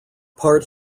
part